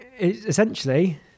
Essentially